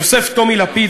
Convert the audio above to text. יוסף טומי לפיד,